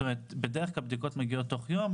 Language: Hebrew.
בדרך כלל תוצאות מגיעות תוך יום,